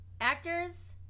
actors